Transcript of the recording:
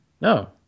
No